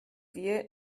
wir